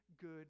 good